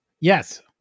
Yes